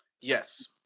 Yes